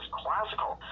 classical